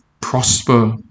prosper